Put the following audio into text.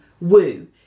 woo